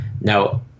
now